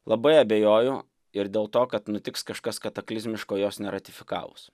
labai abejoju ir dėl to kad nutiks kažkas kataklizmiško jos neratifikavus